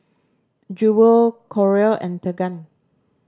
Jewell Carole and Tegan